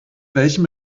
welchem